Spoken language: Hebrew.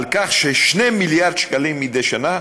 על כך ש-2 מיליארד שקלים מדי שנה